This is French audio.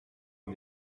est